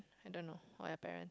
I don't know for my parent